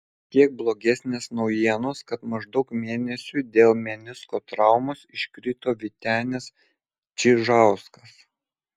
kiek blogesnės naujienos kad maždaug mėnesiui dėl menisko traumos iškrito vytenis čižauskas